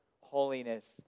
holiness